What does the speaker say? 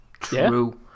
true